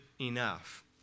enough